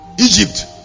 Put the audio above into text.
Egypt